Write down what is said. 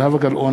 זהבה גלאון,